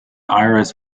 iris